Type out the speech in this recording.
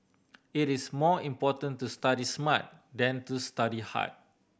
it is more important to study smart than to study hard